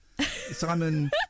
Simon